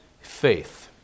faith